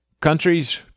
countries